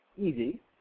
easy